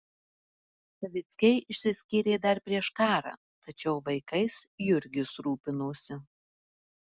savickiai išsiskyrė dar prieš karą tačiau vaikais jurgis rūpinosi